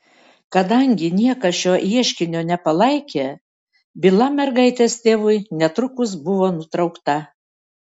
kadangi niekas šio ieškinio nepalaikė byla mergaitės tėvui netrukus buvo nutraukta